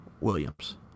Williams